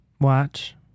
watch